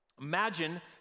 Imagine